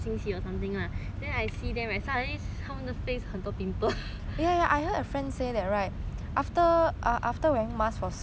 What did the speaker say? suddenly 他们的 face 很多 pimple